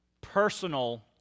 personal